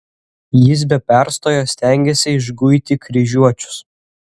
jis be perstojo stengėsi išguiti kryžiuočius